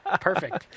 Perfect